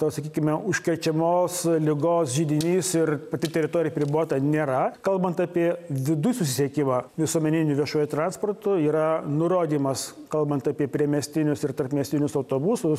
tos sakykime užkrečiamos ligos židinys ir pati teritorija apribota nėra kalbant apie viduj susisiekimą visuomeniniu viešuoju transportu yra nurodymas kalbant apie priemiestinius ir tarpmiestinius autobusus